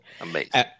Amazing